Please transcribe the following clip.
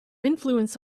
influence